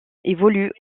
évolue